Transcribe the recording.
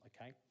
okay